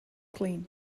clean